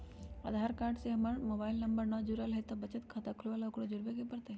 आधार card से हमर mobile number न जुरल है त बचत खाता खुलवा ला उकरो जुड़बे के पड़तई?